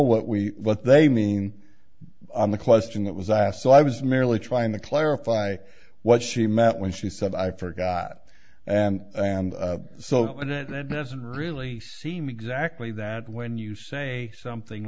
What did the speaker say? what we what they mean on the question that was asked so i was merely trying to clarify what she met when she said i forgot and so and it doesn't really seem exactly that when you say something